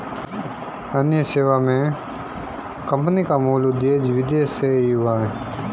अन्य सेवा मे कम्पनी का मूल उदय विदेश से ही हुआ है